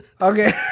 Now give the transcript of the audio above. Okay